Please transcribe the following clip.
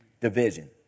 Division